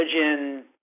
religion